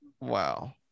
Wow